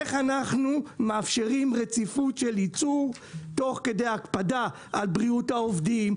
איך אנחנו מאפשרים רציפות של ייצור תוך כדי הקפדה על בריאות העובדים,